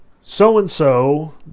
So-and-so